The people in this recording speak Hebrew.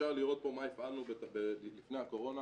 אפשר לראות פה מה הפעלנו לפני הקורונה,